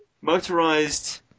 Motorized